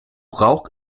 rauch